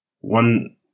One